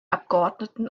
abgeordneten